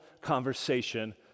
conversation